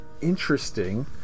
interesting